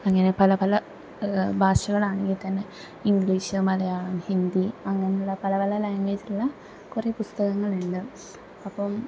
അങ്ങനെ പല പല ഭാഷകളാണങ്കിൽ തന്നെ ഇംഗ്ലീഷ് മലയാളം ഹിന്ദി അങ്ങനുള്ള പല പല ലാംഗ്വേജുള്ള കുറെ പുസ്തകങ്ങളുണ്ട് അപ്പം